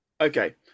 okay